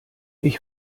ich